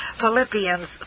Philippians